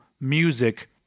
music